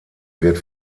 wird